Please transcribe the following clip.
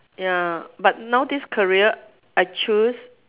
ya but now this career I choose